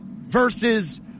versus